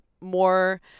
more